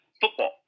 football